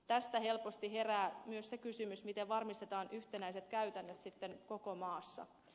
tästä helposti herää myös se kysymys miten varmistetaan yhtenäiset käytännöt sitten koko maassa